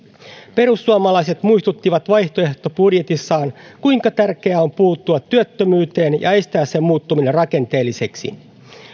perussuomalaiset muistuttivat vaihtoehtobudjetissaan kuinka tärkeää on puuttua työttömyyteen ja estää sen muuttuminen rakenteelliseksi